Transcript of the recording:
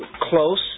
close